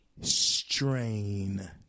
strain